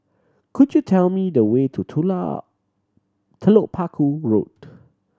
could you tell me the way to Telok Paku Road